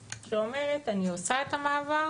שאומרת 'אני עושה את המעבר